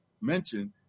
mentioned